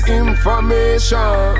information